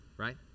Right